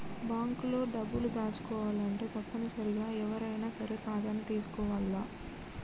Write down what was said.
bank లో డబ్బులు దాచుకోవాలంటే తప్పనిసరిగా ఎవ్వరైనా సరే ఖాతాని తీసుకోవాల్ల